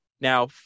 now